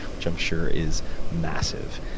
which i'm sure is massive,